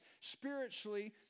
spiritually